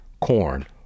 corn